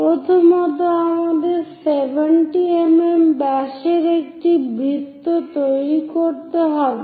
প্রথমত আমাদের 70 mm ব্যাসের একটি বৃত্ত তৈরি করতে হবে